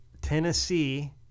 Tennessee